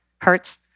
Hertz